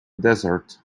desert